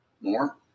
more